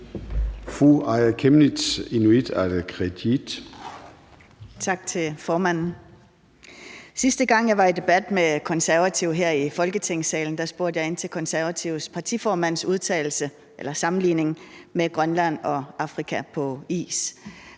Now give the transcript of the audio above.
Aaja Chemnitz (IA): Tak til formanden. Sidste gang jeg var i debat med Konservative her i Folketingssalen, spurgte jeg ind til Konservatives partiformands sammenligning med Grønland og Afrika på is.